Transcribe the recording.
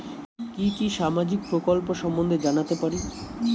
কি কি সামাজিক প্রকল্প সম্বন্ধে জানাতে পারি?